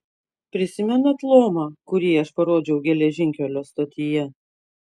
prisimenat lomą kurį aš parodžiau geležinkelio stotyje